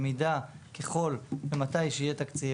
ככל ומתי שיהיה תקציב,